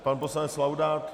Pan poslanec Laudát.